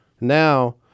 Now